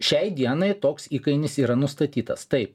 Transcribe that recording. šiai dienai toks įkainis yra nustatytas taip